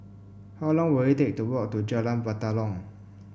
how long will it take to walk to Jalan Batalong